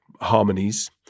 harmonies